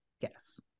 Yes